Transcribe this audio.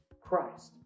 Christ